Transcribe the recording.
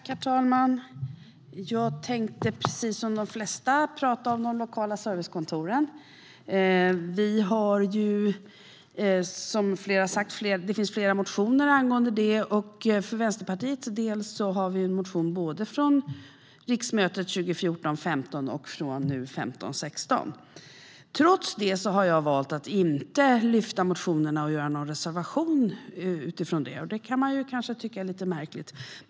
Herr talman! Jag tänker precis som de flesta här prata om de lokala servicekontoren. Som flera har sagt finns det flera motioner angående dem. För Vänsterpartiets del har vi motioner både från riksmötet 2014 16. Trots det har jag valt att inte lyfta motionerna och göra någon reservation utifrån dem. Det kan man kanske tycka är lite märkligt.